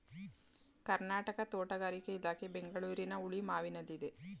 ಕರ್ನಾಟಕ ತೋಟಗಾರಿಕೆ ಇಲಾಖೆ ಬೆಂಗಳೂರಿನ ಹುಳಿಮಾವಿನಲ್ಲಿದೆ